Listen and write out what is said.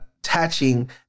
attaching